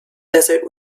desert